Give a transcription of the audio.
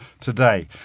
today